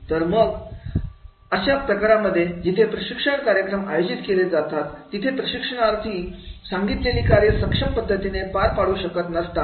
तर म्हणून अशा प्रकारांमध्ये जिथे प्रशिक्षण कार्यक्रम आयोजित केले जातात तिथे प्रशिक्षणार्थीं सांगितलेली कार्ये सक्षम पद्धतीने पार पाडू शकत नसतात